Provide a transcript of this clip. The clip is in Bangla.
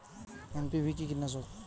এন.পি.ভি কি কীটনাশক?